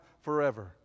forever